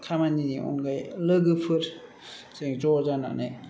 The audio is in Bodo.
खामानिनि अनगायै लोगोफोरजों ज' जानानै